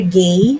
gay